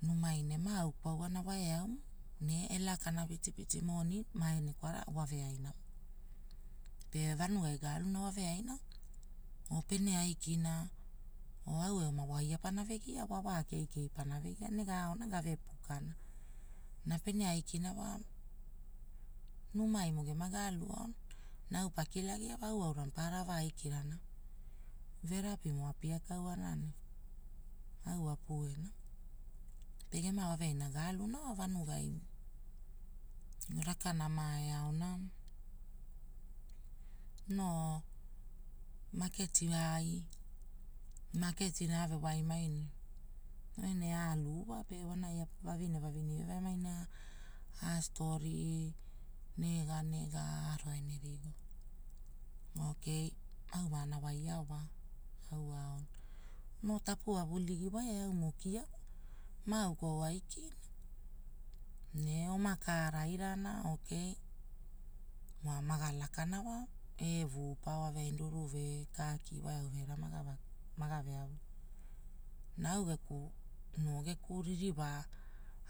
Numai ne ma au kwaua na eaumo, ne elakama pitipiti monin mae nekwara waveaina. Pe vanuai galuna waveaina, oo pene aikina, oo au eoma waia panava gia woa kekei panave gia ne ga ona ne gave pukana. Na pene aikina wa, numaimo gema galu aona, na au pakilagia wa au aura maparara ava aikirana, vevapimo apia kauana ne. Au a puena wa. Pe gema wave ainamo galuna wa vanugai gelakaua eaona no maketi ai, maketina avewaimai ne wonai aalune pe wonai vavine vavine geamaina, a storii, nega nega avo ene rigo. Oo kei, au mana wai, ao noo tapua guiigi wa eau kia wa maau kwaua aikina ne oma kaairana wa maga lakana wa tevu kwa veaire ruruve, kaki wa eau veaira maga veavuna. Na au geku, noo geku ririwa,